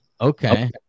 Okay